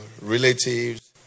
relatives